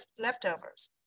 leftovers